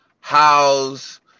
house